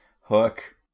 Hook